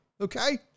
okay